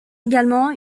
également